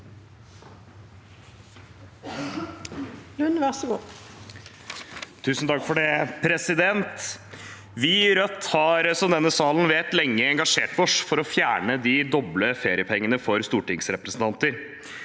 Lund (R) Vi i Rødt har, som denne salen vet, lenge engasjert oss for å fjerne de doble feriepengene for stortingsrepresentanter.